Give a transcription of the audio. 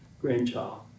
grandchild